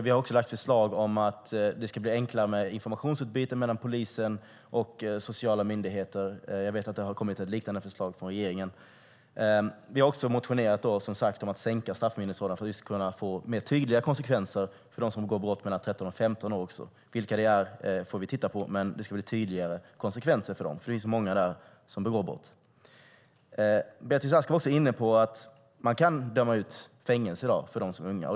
Vi har lagt fram förslag om att det ska bli enklare med informationsutbyte mellan polisen och sociala myndigheter, och jag vet att det kommit ett liknande förslag från regeringen. Vi har även motionerat om att sänka straffmyndighetsåldern för att få tydligare konsekvenser för dem mellan 13 och 15 år som begår brott. Vilka de är får vi titta på, men det ska bli tydligare konsekvenser för dem. Det finns många i den åldern som begår brott. Beatrice Ask var också inne på att man i dag kan döma ut fängelsestraff för dem som är unga.